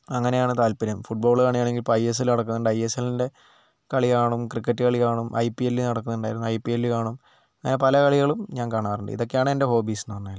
അങ്ങനെയാണ് താല്പര്യം ഫുഡ്ബോള് കാണുകയാണെങ്കിൽ ഇപ്പോൾ ഐ എസ് എൽ നടക്കുന്നുണ്ട് ഐ എസ് എല്ലിൻ്റെ കളി കാണും ക്രിക്കറ്റ് കളി കാണും ഐ പി എൽ നടക്കുന്നുണ്ടായിരുന്നു ഐ പി എൽ കാണും അങ്ങനെ പല കളികളും ഞാൻ കാണാറുണ്ട് ഇതൊക്കെയാണ് എൻ്റെ ഹോബീസ് എന്നു പറഞ്ഞാൽ